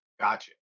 Gotcha